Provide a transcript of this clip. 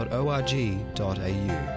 .org.au